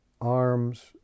arms